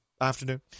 afternoon